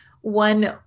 one